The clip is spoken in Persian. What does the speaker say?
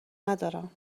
ندارم